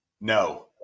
No